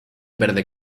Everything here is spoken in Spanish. verde